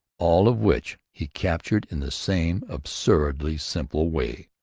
all of which he captured in the same absurdly simple way.